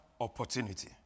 opportunity